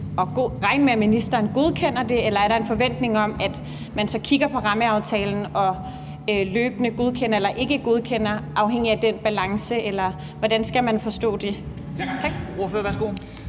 regne med, at ministeren godkender det, eller er der en forventning om, at man så kigger på rammeaftalen og løbende godkender eller ikke godkender, afhængigt af den balance? Eller hvordan skal man forstå det? Tak. Kl.